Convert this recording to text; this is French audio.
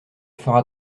fera